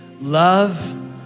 love